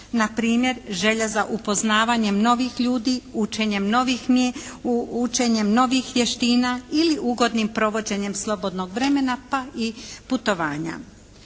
Na primjer želja za upoznavanjem novih ljudi, učenjem novih, učenjem novih vještina ili ugodnim provođenjem slobodnog vremena pa i putovanja.